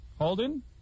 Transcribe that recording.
Holden